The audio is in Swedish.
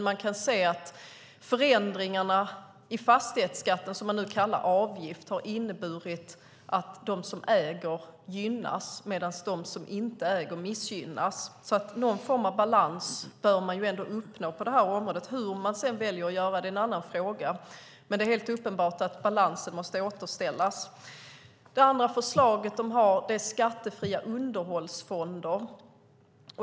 Man kan säga att förändringarna i fastighetsskatten, som nu kallas avgifter, har inneburit att de som äger gynnas, medan de som inte äger missgynnas. Någon form av balans bör man uppnå på det här området. Hur man sedan väljer att göra det är en annan fråga. Men det är helt uppenbart att balansen måste återställas. Det andra förslaget är skattefria underhållsfonder.